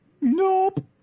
Nope